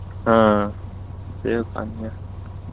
ᱦᱮᱸ ᱥᱮᱞ ᱠᱟᱱ ᱜᱮᱭᱟ